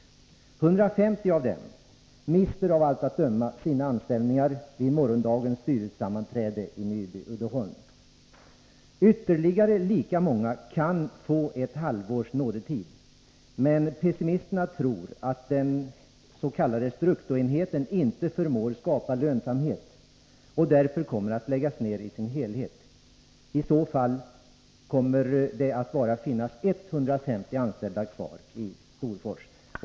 150 av dem mister av allt att döma sina anställningar i samband med morgondagens styrelsesammanträde i Nyby-Uddeholm. Ytterligare lika många kan få ett halvårs nådetid. Men pessimisterna tror att dens.k. structoenheten inte förmår skapa lönsamhet och därför kommer att läggas ner i sin helhet. I så fall kommer bara 150 anställda att finnas kvar i Storfors.